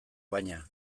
baina